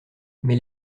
mais